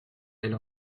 elle